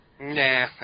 Nah